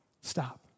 stop